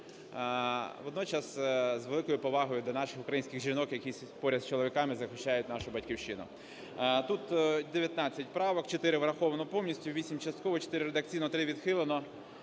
Водночас з великою повагою до наших українських жінок, які поряд з чоловіками захищають нашу Батьківщину. Тут 19 правок, 4 враховано повністю, 8 частково, 4 редакційно, 3 відхилено.